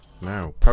now